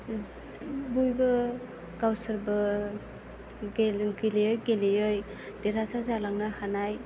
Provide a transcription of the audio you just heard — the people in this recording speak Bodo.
बयबो गावसोरबो गेलेयै गेलेयै देरहासार जालांनो हानाय